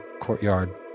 courtyard